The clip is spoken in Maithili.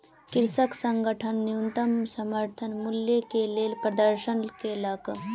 कृषक संगठन न्यूनतम समर्थन मूल्य के लेल प्रदर्शन केलक